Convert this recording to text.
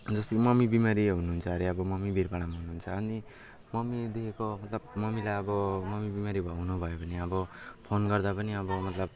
जस्तो कि मम्मी बिमारी हुनुहुन्छ अरे अब मम्मी वीरपाडामा हुनुहुन्छ अनि मम्मीदेखिको मतलब मम्मीलाई अब मम्मी बिमारी भयो हुनुभयो भने अब फोन गर्दा पनि अब मतलब